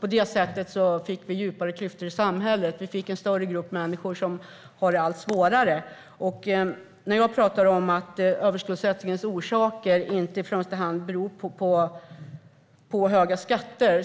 På det sättet blev det djupare klyftor i samhället och en större grupp människor som har det allt svårare. Det är sant att överskuldsättningens orsaker inte i första hand beror på höga skatter.